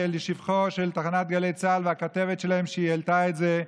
לשבחן של תחנת גלי צה"ל והכתבת שלהם שהעלתה את זה,